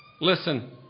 Listen